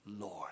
Lord